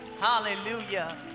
hallelujah